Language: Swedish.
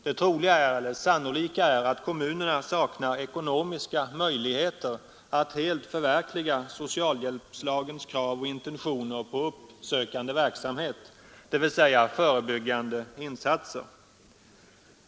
Det sannolika är att kommunerna saknar ekonomiska möjligheter att helt förverkliga socialhjälpslagens krav på och intentioner om uppsökande verksamhet, dvs. förebyggande insatser.